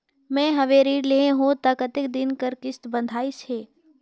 मैं हवे ऋण लेहे हों त कतेक दिन कर किस्त बंधाइस हे?